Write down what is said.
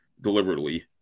deliberately